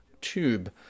tube